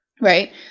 Right